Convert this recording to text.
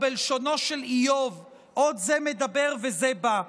או בלשונו של איוב "עוד זה מדבר וזה בא"